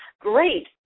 great